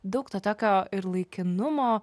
daug to tokio ir laikinumo